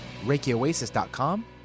ReikiOasis.com